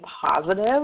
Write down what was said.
positive